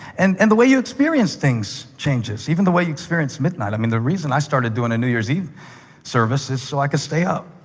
and and the way you experience things changes, even the way you experience midnight. i mean the reason i started doing a new year's eve service is so i could stay up.